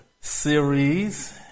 series